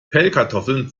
pellkartoffeln